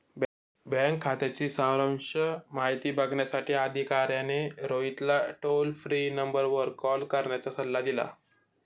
bank खात्याची सारांश माहिती बघण्यासाठी अधिकाऱ्याने रोहितला टोल फ्री नंबरवर कॉल करण्याचा सल्ला दिला